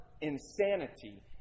insanity